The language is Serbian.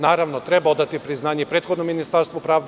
Naravno, treba odati priznanje i prethodnom Ministarstvu pravde.